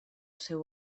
seu